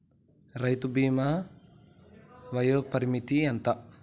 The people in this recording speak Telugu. రైతు బీమా వయోపరిమితి ఎంత?